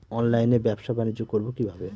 অনলাইনে ব্যবসা বানিজ্য করব কিভাবে?